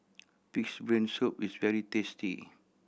Pig's Brain Soup is very tasty